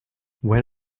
when